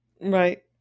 Right